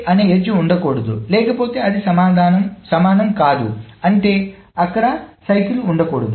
అనే ఎడ్జ్ ఉండకూడదు లేకపోతే అది సమానం కాదు అంటే అక్కడ చక్రం ఉండకూడదు